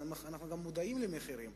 אנו גם מודעים למחירים,